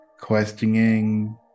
questioning